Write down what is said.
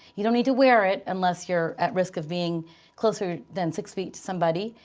you don't need to wear it unless you're at risk of being closer than six feet to somebody,